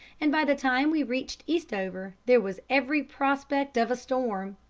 and by the time we reached eastover there was every prospect of a storm.